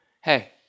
hey